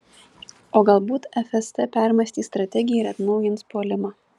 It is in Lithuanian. o galbūt fst permąstys strategiją ir atnaujins puolimą